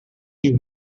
you